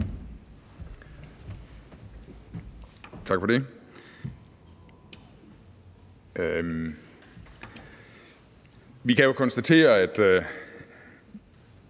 Tak for det. Vi kan jo konstatere, at